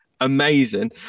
amazing